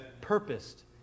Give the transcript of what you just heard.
purposed